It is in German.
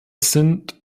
sind